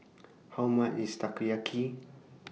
How much IS Takoyaki